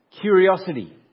Curiosity